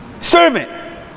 servant